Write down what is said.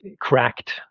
cracked